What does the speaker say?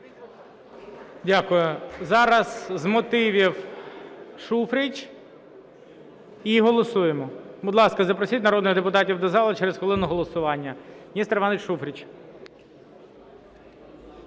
Дякую. Зараз з мотивів – Шуфрич, і голосуємо. Будь ласка, запросіть народних депутатів до зали, через хвилину голосування.